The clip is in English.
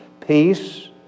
peace